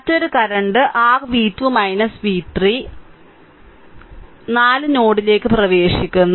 മറ്റൊരു current r v2 v3 on 4 നോഡിലേക്ക് പ്രവേശിക്കുന്നു